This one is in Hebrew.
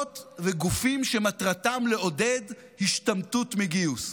וגופים שמטרתם לעודד השתמטות מגיוס,